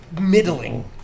middling